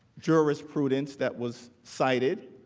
jurisprudence that was cited.